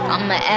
I'ma